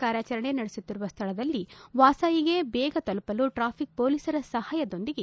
ಕಾರ್ಯಾಚರಣೆ ನಡೆಸುತ್ತಿರುವ ಸ್ಥಳದಲ್ಲಿನ ವಾಸಾಯಿಗೆ ಬೇಗ ತಲುಪಲು ಟ್ರಾಫಿಕ್ ಮೊಲೀಸರ ಸಪಾಯಕೋರಿದೆ